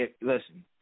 Listen